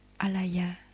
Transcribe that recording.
alaya